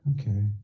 Okay